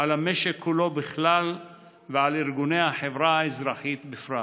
למשק בכלל ולארגוני החברה האזרחית בפרט.